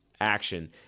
action